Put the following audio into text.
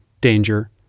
danger